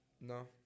No